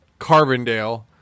Carbondale